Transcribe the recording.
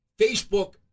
Facebook